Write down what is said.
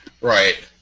Right